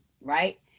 right